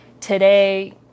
today